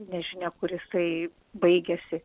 nežinia kur jisai baigiasi